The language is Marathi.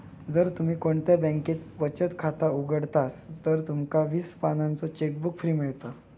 जर तुम्ही कोणत्या बॅन्केत बचत खाता उघडतास तर तुमका वीस पानांचो चेकबुक फ्री मिळता